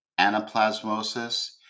anaplasmosis